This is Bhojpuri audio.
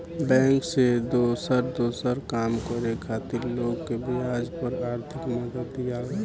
बैंक से दोसर दोसर काम करे खातिर लोग के ब्याज पर आर्थिक मदद दियाला